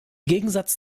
gegensatz